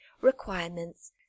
requirements